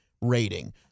rating